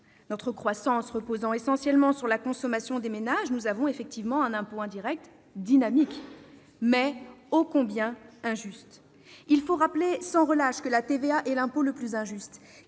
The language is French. Notre croissance reposant essentiellement sur la consommation des ménages, nous avons effectivement un impôt indirect dynamique, mais ô combien injuste ! Il faut le rappeler sans relâche, la TVA est l'impôt le plus injuste.